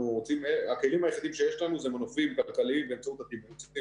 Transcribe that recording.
הכלים היחידים שיש לנו זה מנופים כלכליים באמצעות התמרוצים